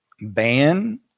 ban